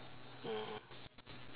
mm